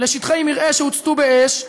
לשטחי מרעה שהוצתו באש,